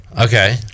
Okay